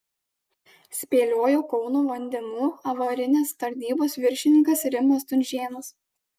spėliojo kauno vandenų avarinės tarnybos viršininkas rimas stunžėnas